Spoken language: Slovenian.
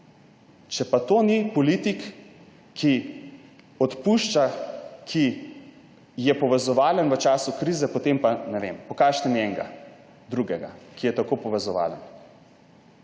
Če pa to ni politik, ki odpušča, ki je povezovalen v času krize, potem pa ne vem, pokažite mi enega drugega, ki je tako povezovalen.